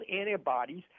antibodies